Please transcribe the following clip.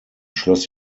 schloss